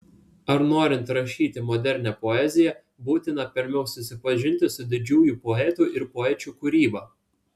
ar norint rašyti modernią poeziją būtina pirmiau susipažinti su didžiųjų poetų ir poečių kūryba